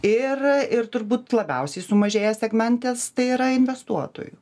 ir ir turbūt labiausiai sumažėjęs segmentas tai yra investuotojų